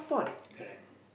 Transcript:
correct